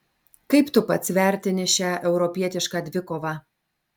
kaip tu pats vertini šią europietišką dvikovą